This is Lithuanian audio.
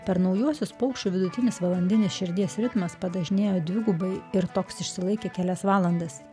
per naujuosius paukščių vidutinis valandinis širdies ritmas padažnėjo dvigubai ir toks išsilaikė kelias valandas